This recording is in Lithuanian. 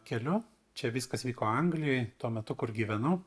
keliu čia viskas vyko anglijoj tuo metu kur gyvenau